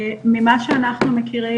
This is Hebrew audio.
ממה שאנחנו מכירים,